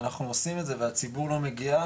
אנחנו עושים את זה והציבור לא מגיע,